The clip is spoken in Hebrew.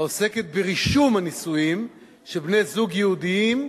העוסקת ברישום הנישואים של בני-זוג יהודים,